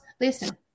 listen